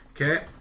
Okay